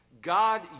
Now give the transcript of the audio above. God